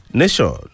nation